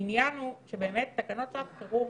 העניין הוא שבאמת תקנות לשעת חירום